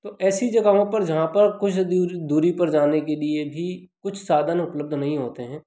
तो ऐसी जगहों पर जहाँ पर कुछ दूर दूरी पर जाने के लिए भी कुछ साधन उपलब्ध नहीं होते हैं